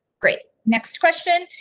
great next question.